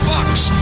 Bucks